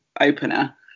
opener